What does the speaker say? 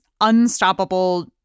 unstoppable